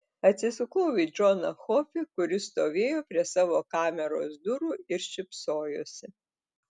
atsisukau į džoną kofį kuris stovėjo prie savo kameros durų ir šypsojosi